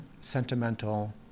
sentimental